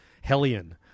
Hellion